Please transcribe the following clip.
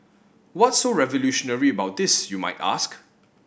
what's so revolutionary about this you might ask